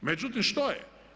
Međutim što je?